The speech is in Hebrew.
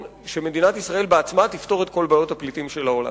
שמדינת ישראל לבדה תפתור את כל בעיות הפליטים של העולם,